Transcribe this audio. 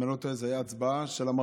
אם אני לא טועה, זה היה בהצבעה של המרכולים.